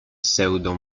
pseudo